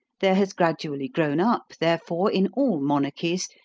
there has gradually grown up, therefore, in all monarchies,